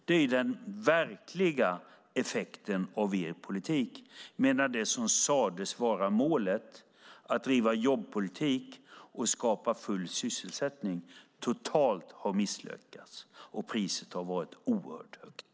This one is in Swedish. Det är den verkliga effekten av er politik medan det som sades vara målet, att driva jobbpolitik och skapa full sysselsättning, totalt har misslyckats. Priset har varit oerhört högt.